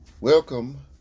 Welcome